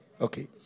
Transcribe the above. Okay